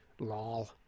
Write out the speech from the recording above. Lol